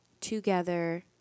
together